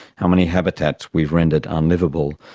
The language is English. how many habitats we've rendered unliveable,